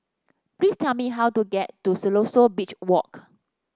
please tell me how to get to Siloso Beach Walk